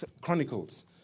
Chronicles